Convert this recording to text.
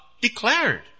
declared